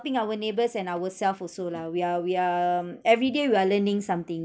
our neighbours and ourself also lah we are we are everyday we are learning something